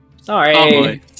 Sorry